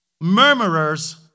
Murmurers